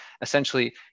Essentially